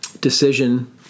decision